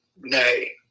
Nay